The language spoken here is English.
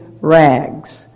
rags